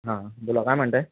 हां बोला काय म्हणताय